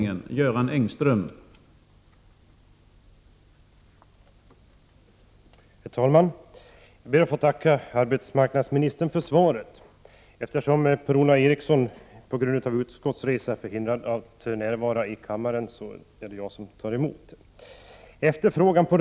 Då Per-Ola Eriksson, som framställt frågan, anmält att han var förhindrad att närvara vid sammanträdet, medgav talmannen att Göran Engström i stället fick delta i överläggningen.